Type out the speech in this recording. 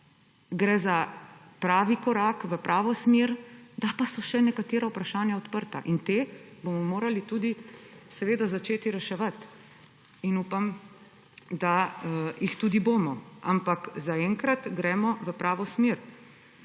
gre za pravi korak v pravo smer, da pa so še nekatera vprašanja odprta. In ta bomo morali tudi seveda začeti reševati in upam, da jih tudi bomo. Ampak zaenkrat gremo v pravo smer.